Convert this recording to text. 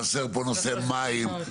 חסר פה נושא מים,